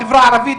החברה הערבית,